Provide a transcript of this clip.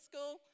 school